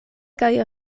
kaj